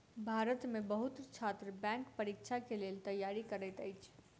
भारत में बहुत छात्र बैंक परीक्षा के लेल तैयारी करैत अछि